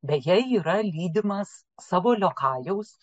beje yra lydimas savo liokajaus